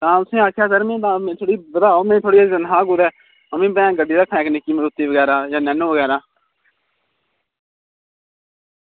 तां में तुसेंगी सर में आक्खेआ की तन्खाह् मेरी बधाओ कुदै आमीं कोई मारुति रक्खां जां कोई नैनो बगैरा